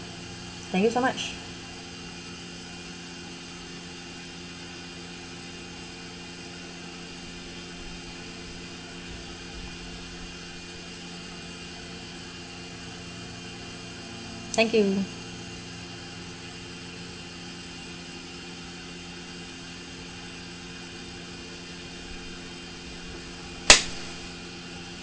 thank you so much thank you